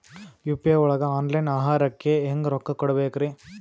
UPI ಒಳಗ online ಆಹಾರಕ್ಕೆ ಹೆಂಗ್ ರೊಕ್ಕ ಕೊಡಬೇಕ್ರಿ?